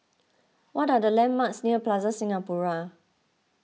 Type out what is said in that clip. what are the landmarks near Plaza Singapura